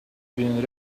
been